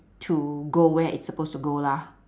to go where it supposed to go lah